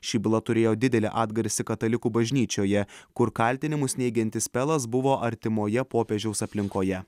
ši byla turėjo didelį atgarsį katalikų bažnyčioje kur kaltinimus neigiantis pelas buvo artimoje popiežiaus aplinkoje